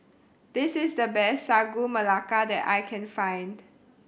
this is the best Sagu Melaka that I can find